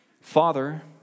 Father